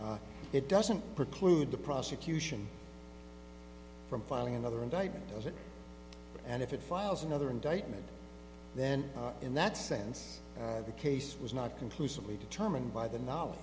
it doesn't preclude the prosecution from filing another indictment does it and if it files another indictment then in that sense the case was not conclusively determined by the knowledge